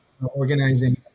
Organizing